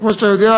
כמו שאתה יודע,